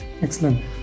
Excellent